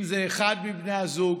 אם זה אחד מבני הזוג,